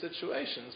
situations